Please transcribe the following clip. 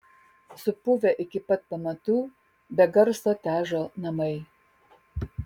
supuvę iki pat pamatų be garso težo namai